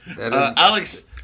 Alex